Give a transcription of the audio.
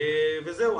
וזהו.